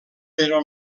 però